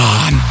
on